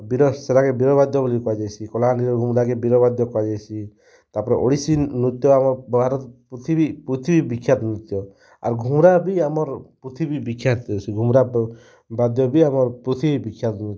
ବିରାସ୍ ସେତାକେ ବୀର ବାଦ୍ୟ ବୋଲି କୁହାଯାଏସି କଳାହାଣ୍ଡିର ଘୁମୁରାକେ ବୀର ବାଦ୍ୟ କୁହାଯାଏସି ତା'ର୍ପରେ ଓଡ଼ିଶୀ ନୃତ୍ୟ ଆମର୍ ଗାଁ'ର ପୃଥିବୀ ପୃଥିବୀ ବିଖ୍ୟାତ୍ ନୃତ୍ୟ ଆଉ ଘୁମୁରା ଆମର୍ ପୃଥିବୀ ବିଖ୍ୟାତ୍ ଯେନ୍ ଘୁମୁରା ବି ଆମର୍ ପୃଥିବୀ ବିଖ୍ୟାତ୍ ନୃତ୍ୟ